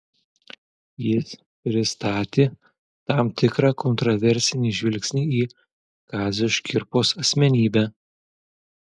jis pristatė tam tikrą kontraversinį žvilgsnį į kazio škirpos asmenybę